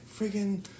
friggin